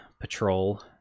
patrol